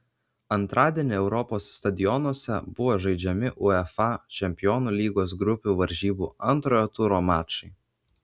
antradienį europos stadionuose buvo žaidžiami uefa čempionų lygos grupių varžybų antrojo turo mačai